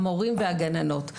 המורים והגננות.